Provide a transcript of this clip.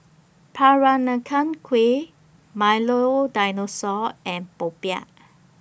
Peranakan Kueh Milo Dinosaur and Popiah